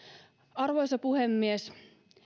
arvoisa puhemies